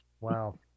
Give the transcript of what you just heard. Wow